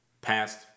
past